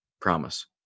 Promise